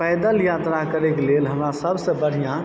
पैदल यात्रा करयकऽ लेल हमरा सभसँ बढ़िआँ